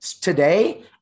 today